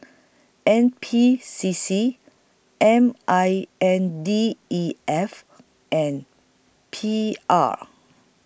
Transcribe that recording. N P C C M I N D E F and P R